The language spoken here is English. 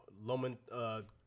Loman